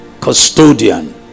custodian